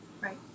right